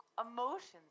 emotions